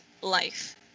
life